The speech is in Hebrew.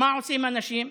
מה עושים אנשים?